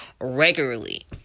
regularly